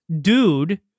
dude